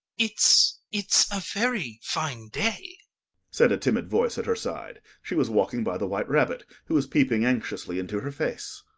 it's it's a very fine day said a timid voice at her side. she was walking by the white rabbit, who was peeping anxiously into her face.